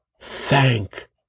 Thank